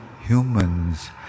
humans